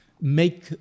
make